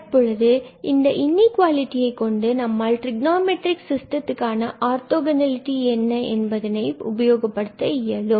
தற்பொழுது இந்த இன்இகுவாலிடி யை கொண்டு நம்மால் டிரிக்னா மெட்ரிக் சிஸ்டத்திற்கான ஆர்தொகோணலிடி என்பதனை உபயோகப்படுத்த இயலும்